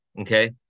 Okay